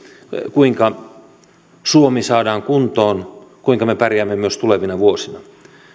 kuinka suomi saadaan kuntoon kuinka me pärjäämme myös tulevina vuosina